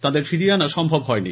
তাদের ফিরিয়ে আনা সম্ভব হয়নি